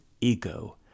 ego